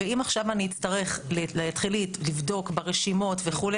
ואם עכשיו אני אצטרך להתחיל לבדוק ברשימות וכו',